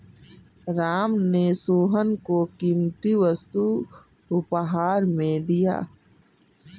राम ने सोहन को कीमती वस्तु उपहार में दिया